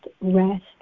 rest